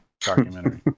documentary